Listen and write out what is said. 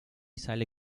sale